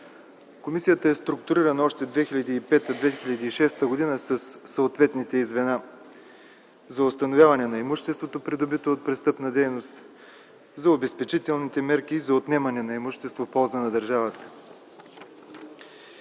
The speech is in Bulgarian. Комисията е структурирана още през 2005-2006 г. със съответните й звена за установяване на имуществото, придобито от престъпна дейност, за обезпечителните мерки, за отнемане на имущество в полза на държавата.